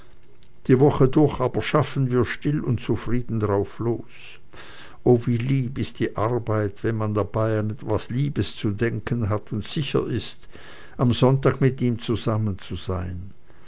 die woche durch aber schaffen wir still und zufrieden drauflos o wie lieb ist die arbeit wenn man dabei an was liebes zu denken hat und sicher ist am sonntag mit ihm zusammen zu sein